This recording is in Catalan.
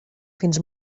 fins